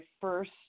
first